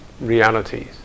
realities